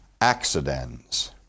accidents